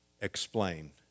explain